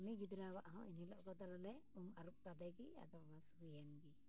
ᱩᱱᱤ ᱜᱤᱫᱽᱨᱟᱹᱣᱟᱜ ᱦᱚᱸ ᱮᱱᱦᱤᱞᱳᱜ ᱞᱮ ᱩᱢ ᱟᱹᱨᱩᱵ ᱠᱟᱫᱮᱜᱮ ᱟᱫᱚ ᱵᱟᱥ ᱦᱩᱭᱮᱱ ᱜᱮ